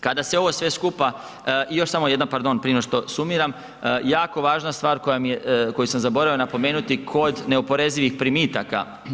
Kada se ovo sve skupa i još samo jedna pardon prije nego što sumiram, jako važna stvar koja mi je, koju sam zaboravio napomenuti kod neoporezivih primitaka.